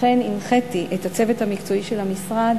וכן הנחיתי את הצוות המקצועי של המשרד